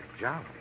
job